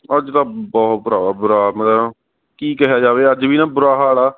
ਅੱਜ ਤਾਂ ਬਹੁਤ ਭਰਾਵਾ ਬੁਰਾ ਹਾਲ ਕੀ ਕਿਹਾ ਜਾਵੇ ਅੱਜ ਵੀ ਨਾ ਬੁਰਾ ਹਾਲ ਆ